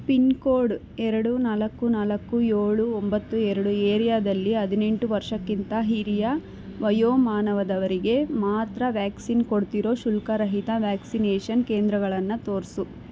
pin code ಎರಡು ನಾಲ್ಕು ನಾಲ್ಕು ಏಳು ಒಂಬತ್ತು ಎರಡು ಏರಿಯಾದಲ್ಲಿ ಹದಿನೆಂಟು ವರ್ಷಕ್ಕಿಂತ ಹಿರಿಯ ವಯೋಮಾನವದವರಿಗೆ ಮಾತ್ರ ವ್ಯಾಕ್ಸಿನ್ ಕೊಡ್ತಿರೊ ಶುಲ್ಕರಹಿತ ವ್ಯಾಕ್ಸಿನೇಷನ್ ಕೇಂದ್ರಗಳನ್ನು ತೋರಿಸು